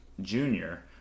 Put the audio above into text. junior